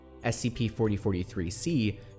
SCP-4043-C